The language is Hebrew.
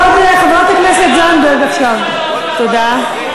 אז תירשם,